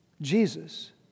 Jesus